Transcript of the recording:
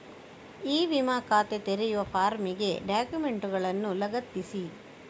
E ವಿಮಾ ಖಾತೆ ತೆರೆಯುವ ಫಾರ್ಮಿಗೆ ಡಾಕ್ಯುಮೆಂಟುಗಳನ್ನು ಲಗತ್ತಿಸಿ